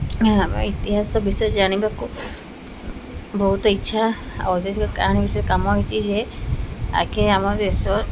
ଆମ ଇତିହାସ ବିଷୟରେ ଜାଣିବାକୁ ବହୁତ ଇଚ୍ଛା ଐତିହାସିକ କାହାଣୀ ବିଷୟରେ କାମ ହୋଇଛି ଯେ ଆଗେ ଆମ ଦେଶ